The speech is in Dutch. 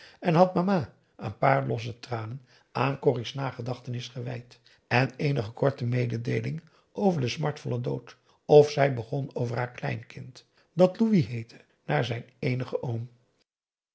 en had mama een paar losse tranen aan corrie's nagedachtenis gewijd en eenige korte mededeelingen over den smartvollen dood of zij begon over haar kleinkind dat louis heette naar zijn eenigen